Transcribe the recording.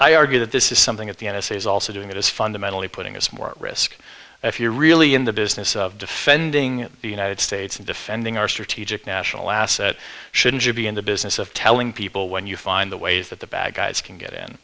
i argue that this is something that the n s a is also doing that is fundamentally putting us more risk if you're really in the business of defending the united states and defending our strategic national asset shouldn't you be in the business of telling people when you find the way that the bad guys can get in